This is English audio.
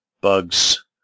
bugs